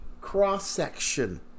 cross-section